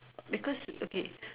because okay